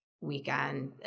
weekend